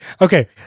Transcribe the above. Okay